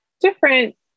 different